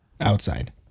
outside